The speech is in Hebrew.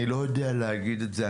אני לא יודע להגיד את זה,